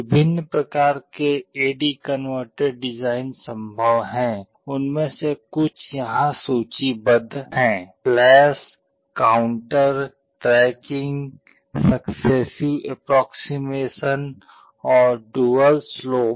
विभिन्न प्रकार के ए डी कनवर्टर डिजाइन संभव हैं उनमें से कुछ यहां सूचीबद्ध हैं flash counter tracking successive approximation और डुअल स्लोप